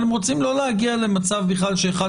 אבל הם רוצים לא להגיע למצב בכלל שאחד